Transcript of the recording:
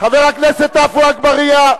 34. 34. חבר הכנסת עפו אגבאריה.